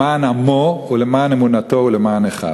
למען עמו, למען אמונתו ולמען אחיו.